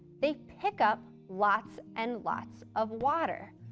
they pick up lots and lots of water.